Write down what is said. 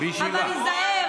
הוא לא אוהב